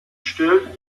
stellt